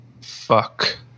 fuck